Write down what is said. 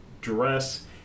dress